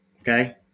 Okay